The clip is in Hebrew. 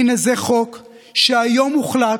הינה, זה חוק שהיום הוחלט.